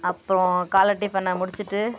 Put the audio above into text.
அப்புறோம் காலை டிஃபனை முடிச்சிவிட்டு